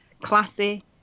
classy